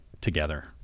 together